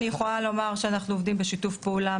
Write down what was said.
אני יכולה לומר שאנחנו עובדים בשיתוף פעולה